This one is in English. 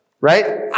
Right